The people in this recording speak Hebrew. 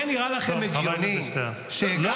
זה נראה לכם הגיוני -- חבר הכנסת שטרן,